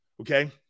okay